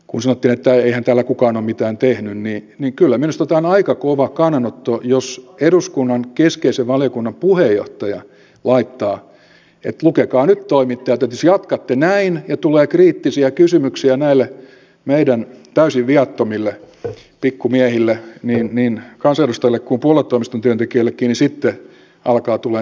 kun sanottiin että eihän täällä kukaan ole mitään tehnyt niin kyllä minusta tämä on aika kova kannanotto jos eduskunnan keskeisen valiokunnan puheenjohtaja laittaa että lukekaa nyt toimittajat että jos jatkatte näin ja tulee kriittisiä kysymyksiä näille meidän täysin viattomille pikkumiehille niin kansanedustajille kuin puoluetoimiston työntekijöillekin niin sitten alkaa tulla seuraamuksia